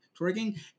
twerking